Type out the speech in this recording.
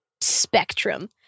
spectrum